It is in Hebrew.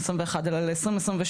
אלא ל-2022,